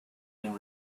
been